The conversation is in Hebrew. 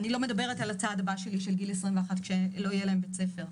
אני לא מדברת על הצעד הבא שלי של גיל 21 שלא יהיה להם בית ספר.